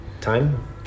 time